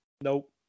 nope